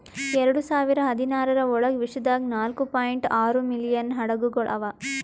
ಎರಡು ಸಾವಿರ ಹದಿನಾರರ ಒಳಗ್ ವಿಶ್ವದಾಗ್ ನಾಲ್ಕೂ ಪಾಯಿಂಟ್ ಆರೂ ಮಿಲಿಯನ್ ಹಡಗುಗೊಳ್ ಅವಾ